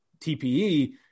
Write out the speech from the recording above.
TPE